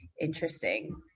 interesting